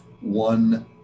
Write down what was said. one